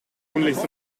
tunlichst